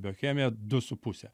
biochemija du su puse